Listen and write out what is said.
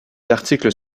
articles